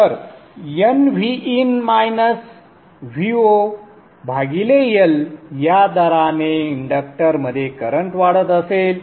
तर L ह्या दराने इंडक्टरमध्ये करंट वाढत असेल